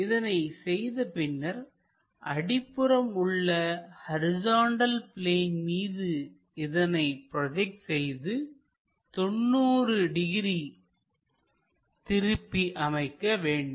இதனை செய்த பின்னர் அடிப்புறம் உள்ள ஹரிசாண்டல் பிளேன் மீது இதனை ப்ரோஜெக்ட் செய்து 90 டிகிரி திருப்பி அமைக்கவேண்டும்